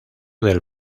del